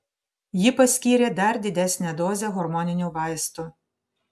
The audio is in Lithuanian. ji paskyrė dar didesnę dozę hormoninių vaistų